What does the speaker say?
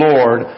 Lord